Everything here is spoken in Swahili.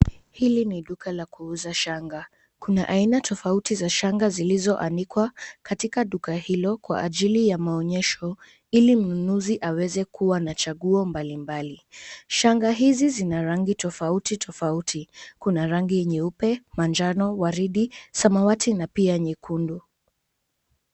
Hili ni duka la kuuza shanga kuna aina tofauti za shanga zilizoanikwa katika duka hilo kwa ajili ya maonyesho ili mnunuzi aweze kuwa na chaguo mbali mbali .Shanga hizi zinarangi tofauti tofauti kuna rangi nyeupe , manjano ,waridi ,samawati na pia nyekundu.